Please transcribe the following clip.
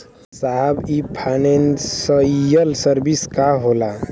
साहब इ financial service का होला?